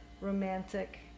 romantic